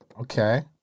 Okay